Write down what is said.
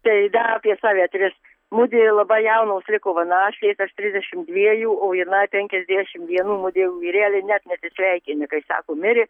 tai da apie save tris mudvi labai jaunos liko va našlės aš trisdešim dviejų o jinai penkiasdešim vienų mudviem vyreliai net neatsisveikinę kai sako mirė